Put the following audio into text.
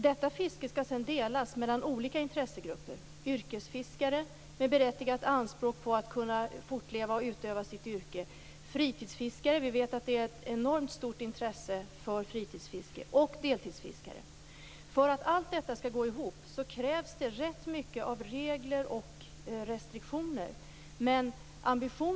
Detta fiske skall sedan delas mellan olika intressegrupper: yrkesfiskare, med berättigat anspråk på att kunna fortleva och utöva sitt yrke, fritidsfiskare - vi vet att det är ett enormt stort intresse för fritidsfiske - och deltidsfiskare. För att allt detta skall gå ihop krävs det rätt mycket av regler och restriktioner.